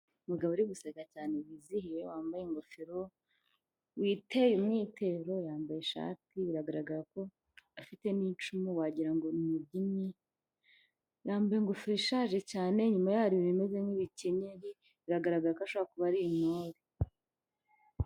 Umugabo uri guseka cyane wizihiwe wambaye ingofero witeye umwitero yambaye ishati biragaragara ko afite n'icumu wagirango nyi yambaye ingofero ishaje cyane nyuma yaho ibimeze nk'ibikenyeri biragaragara ko ashobora kuba ari intore.